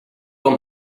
van